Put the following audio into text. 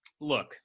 Look